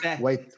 wait